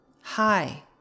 Hi